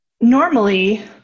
normally